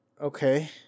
Okay